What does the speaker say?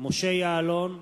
משה יעלון,